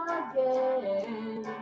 again